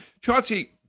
Chauncey